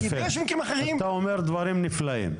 יופי, אתה אומר דברים נפלאים.